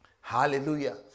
Hallelujah